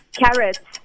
carrots